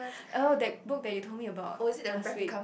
oh that book that you told me about last week